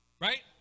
Right